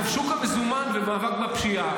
שוק המזומן ומאבק בפשיעה,